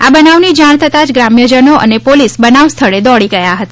આ બનાવની જાણ થતાં જ ગ્રામ્યજનો અને પોલીસ બનાવ સ્થળે દોડી ગયા હતા